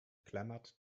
clamored